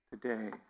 today